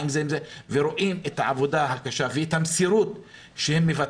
ורואים את העבודה הקשה ואת המסירות שלהם.